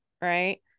right